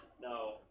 no